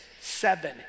seven